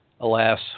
alas